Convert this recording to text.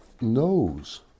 knows